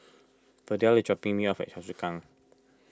Verdell is dropping me off at Choa Chu Kang